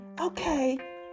okay